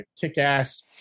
kick-ass